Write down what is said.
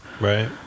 Right